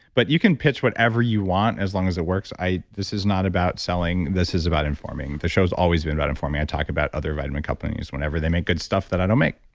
but you can pitch whatever you want as long as it works. i. this is not about selling, this is about informing. the show's always been about informing. i talk about other vitamin companies whenever they make good stuff that i don't make.